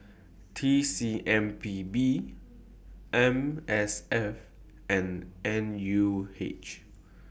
T C M P B M S F and N U H